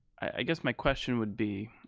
i guess my question would be,